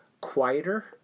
quieter